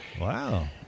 Wow